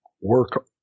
work